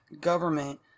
government